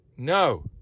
No